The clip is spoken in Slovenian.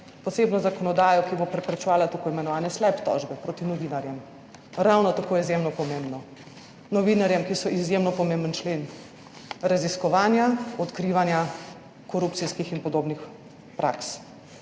posebno zakonodajo, ki bo preprečevala t. i. slap tožbe proti novinarjem, ravno tako izjemno pomembno. Novinarjem, ki so izjemno pomemben člen raziskovanja odkrivanja korupcijskih in podobnih praks.